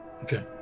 okay